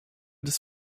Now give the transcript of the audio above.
des